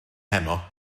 heno